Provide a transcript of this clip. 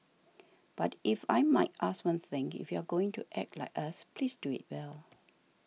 but if I might ask one thing if you are going to act like us please do it well